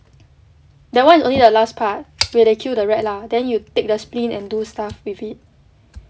that [one] is only the last part where they kill the rat lah then you take the spleen and do stuff with it